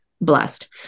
blessed